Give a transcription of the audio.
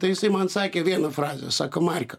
tai jisai man sakė vieną frazę sako marika